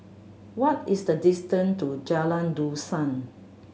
what is the distant to Jalan Dusun